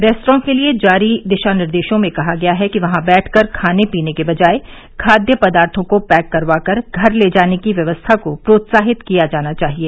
restaurant के लिए जारी दिशा निर्देशों में कहा गया है कि वहां बैठकर खाने पीने की बजाय खाद्य पदार्थों को पैक करवा कर घर ले जाने की व्यवस्था को प्रोत्साहित किया जाना चाहिए